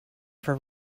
for